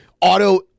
auto